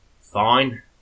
fine